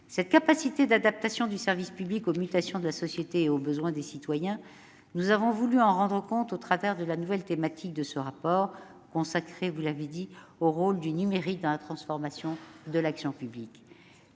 Cette capacité d'adaptation du service public aux mutations de la société et aux besoins des citoyens, nous avons voulu en rendre compte au travers de la nouvelle partie thématique de ce rapport, qui est consacrée au rôle du numérique dans la transformation de l'action publique.